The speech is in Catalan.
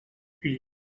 fills